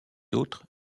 autres